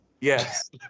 Yes